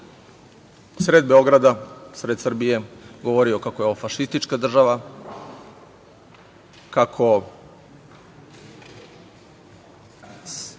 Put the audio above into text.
sred Beograda, u sred Srbije govorio kako je fašistička država, kako